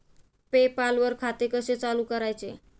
पे पाल वर खाते कसे चालु करायचे